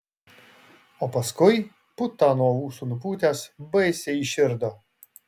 o paskui putą nuo ūsų nupūtęs baisiai įširdo